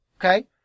Okay